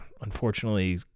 unfortunately